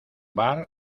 bar